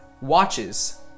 watches